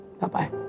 Bye-bye